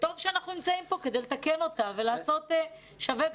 וטוב שאנחנו נמצאים פה כדי לתקן אותה ולעשות שווה בשווה.